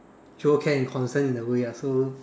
show care and concern in a way lah so